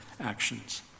actions